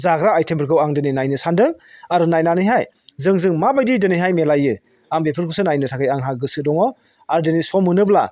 जाग्रा आयथेमफोरखौ आं दिनै नायनो सानदों आरो नायनानैहाय जोंजों माबायदि दिनैहाय मिलायो आं बेफोरखौसो नायनो थाखाय आंहा गोसो दङ आरो दिनै सम मोनोब्ला